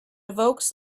evokes